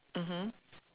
mmhmm